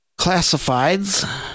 classifieds